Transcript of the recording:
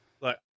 look